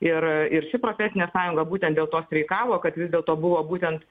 ir ir ši profesinė sąjunga būtent dėl to streikavo kad vis dėlto buvo būtent